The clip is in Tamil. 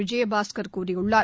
விஜயபாஸ்கர் கூறியுள்ளார்